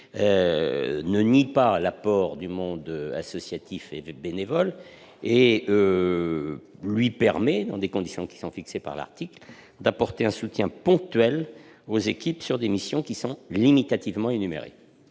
ne nuit pas à l'apport du monde associatif et bénévole et lui permet, dans des conditions déterminées, d'apporter un soutien ponctuel aux équipes sur des missions limitativement énumérées.